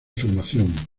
formación